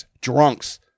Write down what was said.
drunks